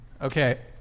Okay